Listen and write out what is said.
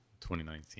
2019